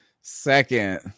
Second